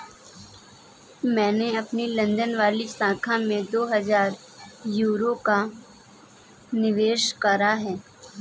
मैंने अपनी लंदन वाली शाखा में दो हजार यूरो का निवेश करा है